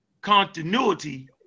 continuity